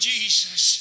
Jesus